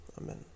Amen